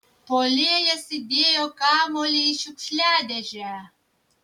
puolėjas įdėjo kamuolį į šiukšliadėžę